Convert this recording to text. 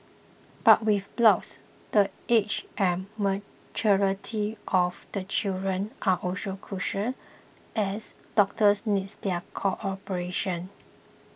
but with blocks the age and maturity of the children are also crucial as doctors needs their cooperation